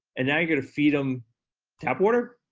and now you're gonna feed em tap water?